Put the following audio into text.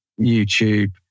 YouTube